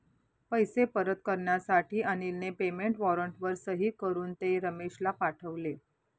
पैसे परत करण्यासाठी अनिलने पेमेंट वॉरंटवर सही करून ते रमेशला पाठवले